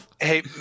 Hey